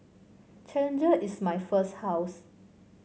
Challenger is my first house